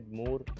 more